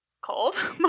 cold